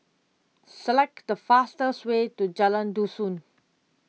select the fastest way to Jalan Dusun